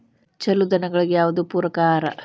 ಛಲೋ ದನಗಳಿಗೆ ಯಾವ್ದು ಪೂರಕ ಆಹಾರ?